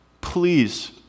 please